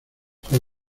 fue